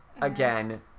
again